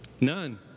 None